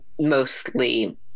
mostly